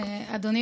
על זה.